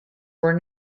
were